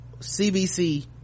cbc